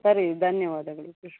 ಸರಿ ಧನ್ಯವಾದಗಳು ಖುಷ್ಬು